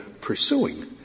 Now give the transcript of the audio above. pursuing